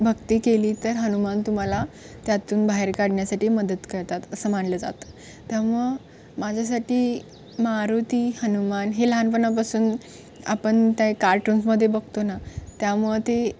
भक्ती केली तर हनुमान तुम्हाला त्यातून बाहेर काढण्यासाठी मदत करतात असं मानलं जातं त्यामुळं माझ्यासाठी मारुती हनुमान हे लहानपणापासून आपण त्या कार्टन्समध्ये बघतो ना त्यामुळं ते